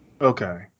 Okay